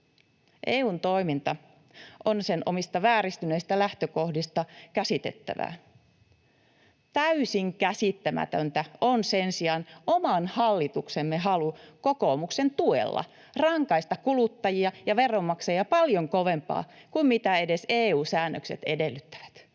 EU:n toiminta on sen omista vääristyneistä lähtökohdista käsitettävää. Täysin käsittämätöntä on sen sijaan oman hallituksemme halu kokoomuksen tuella rankaista kuluttajia ja veronmaksajia paljon kovempaa kuin mitä edes EU-säännökset edellyttävät